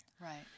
right